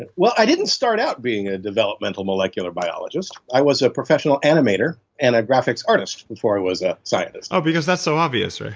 and well, i didn't start out being a developmental molecular biologist. i was a professional animator and a graphics artist before i was a scientist so because, that's so obvious?